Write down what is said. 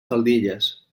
faldilles